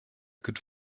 could